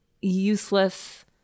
useless